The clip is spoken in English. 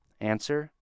Answer